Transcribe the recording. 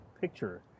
picture